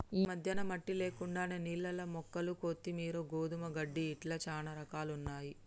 ఈ మధ్యన మట్టి లేకుండానే నీళ్లల్ల మొక్కలు కొత్తిమీరు, గోధుమ గడ్డి ఇట్లా చానా రకాలున్నయ్యి